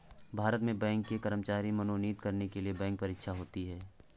भारत में बैंक के कर्मचारी मनोनीत करने के लिए बैंक परीक्षा होती है